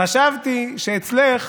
חשבתי שאצלך